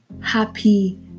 happy